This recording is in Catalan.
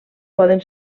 poden